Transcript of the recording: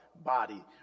body